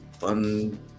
fun